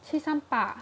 七三八